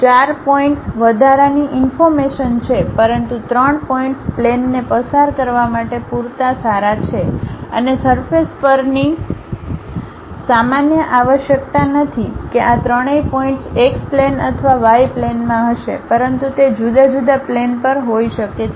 ચાર પોઇન્ટ્સ વધારાની ઇન્ફોર્મેશન છે પરંતુ ત્રણ પોઇન્ટ્સ પ્લેનને પસાર કરવા માટે પૂરતા સારા છે અને સરફેસ પરની સામાન્ય આવશ્યકતા નથી કે આ ત્રણેય પોઇન્ટ્સ x પ્લેન અથવા y પ્લેનમાં હશે પરંતુ તે જુદા જુદા પ્લેન પર હોઈ શકે છે